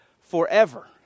forever